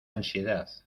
ansiedad